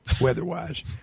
weather-wise